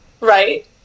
Right